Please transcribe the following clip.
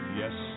yes